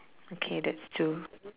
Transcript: okay that's two